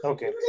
Okay